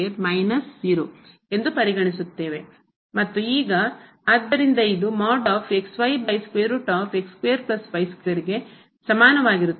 ಮತ್ತು ಈಗ ಆದ್ದರಿಂದ ಇದು ಗೆ ಸಮಾನವಾಗಿರುತ್ತದೆ ಮತ್ತು ಈಗ ಇದು ಸಕಾರಾತ್ಮಕವಾಗಿದೆ